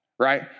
Right